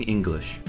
English